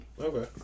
Okay